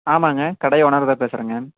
ஆமாம்ங்க கடை ஓனரு தான் பேசுறங்க